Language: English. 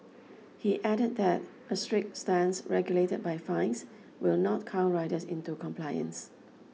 he added that a strict stance regulated by fines will not cow riders into compliance